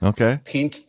Okay